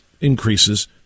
increases